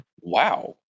wow